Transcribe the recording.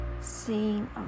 seeing